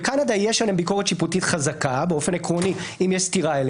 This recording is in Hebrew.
בקנדה יש עליהם ביקורת שיפוטית חזקה באופן עקרוני אם יש סתירה כי